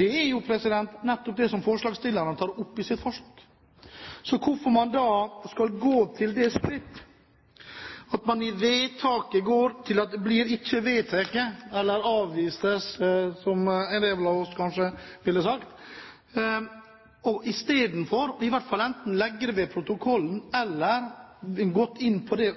Det er jo nettopp det forslagsstillerne tar opp i sitt forslag. Så jeg lurer på hvorfor man da går til det skritt at man i forslaget til vedtak skriver «blir ikkje vedteke», eller avvises, som en del av oss kanskje ville sagt, i stedet for enten å legge forslaget ved protokollen eller gå inn på det